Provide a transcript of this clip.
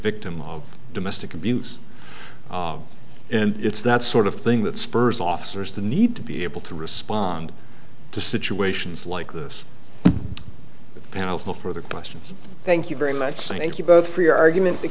victim of domestic abuse and it's that sort of thing that spurs officers the need to be able to respond to situations like this panel's no further questions thank you very much thank you both for your argument th